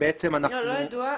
לא, לא ידוע.